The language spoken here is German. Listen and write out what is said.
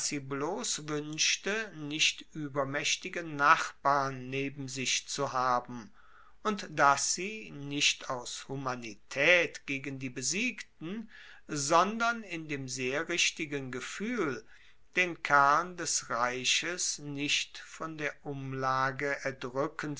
bloss wuenschte nicht uebermaechtige nachbarn neben sich zu haben und dass sie nicht aus humanitaet gegen die besiegten sondern in dem sehr richtigen gefuehl den kern des reiches nicht von der umlage erdruecken